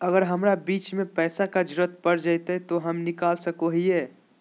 अगर हमरा बीच में पैसे का जरूरत पड़ जयते तो हम निकल सको हीये